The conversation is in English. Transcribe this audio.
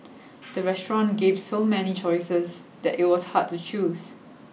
the restaurant gave so many choices that it was hard to choose